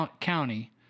county